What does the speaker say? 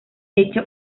hecho